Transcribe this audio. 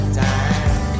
time